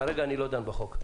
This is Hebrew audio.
כרגע אני לא דן בהצעת החוק.